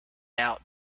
out